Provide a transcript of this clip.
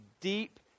deep